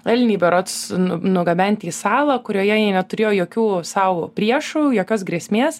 elniai berods nu nugabenti į salą kurioje jie neturėjo jokių sau priešų jokios grėsmės